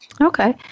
Okay